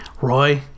Roy